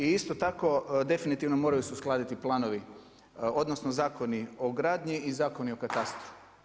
I isto tako definitivno moraju se uskladiti planovi odnosno zakoni o gradnji i zakoni o katastru.